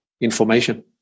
information